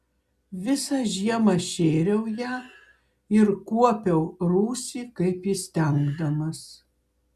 visą žiemą šėriau ją ir kuopiau rūsį kaip įstengdamas